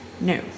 No